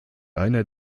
einer